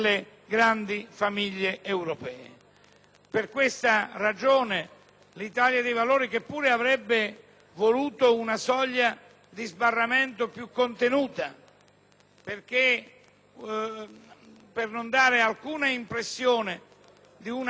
Per questa ragione, il Gruppo dell'Italia dei Valori, che pure avrebbe voluto una soglia di sbarramento più contenuta, per non dare alcuna impressione di una compressione della partecipazione di